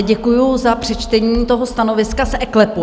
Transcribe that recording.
Děkuji za přečtení toho stanoviska z eKLEPu.